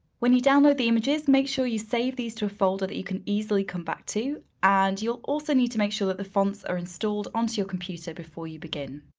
when you download the images, make sure you save these to a folder that you can easily come back to. and you'll also need to make sure that the fonts are installed on to your computer before you begin.